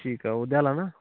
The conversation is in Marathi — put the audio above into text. ठीक आहे उद्याला ना